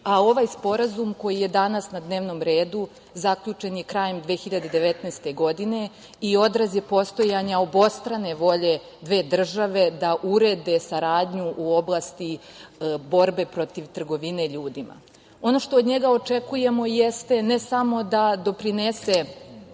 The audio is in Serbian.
a ovaj Sporazum koji je danas na dnevnom redu zaključen je krajem 2019. godine i odraz je postojanja obostrane volje dve države da urede saradnju u oblasti borbe protiv trgovine ljudima. Ono što od njega očekujemo jeste ne samo da doprinese